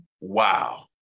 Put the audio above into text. Wow